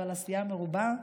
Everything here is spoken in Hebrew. אבל עשייה מרובה.